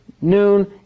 noon